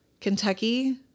Kentucky